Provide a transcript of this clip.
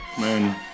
Man